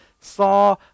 saw